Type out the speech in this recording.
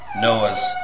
Noah's